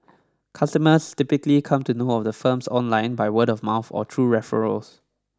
customers typically come to know of the firms online by word of mouth or through referrals